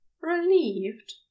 relieved